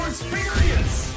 Experience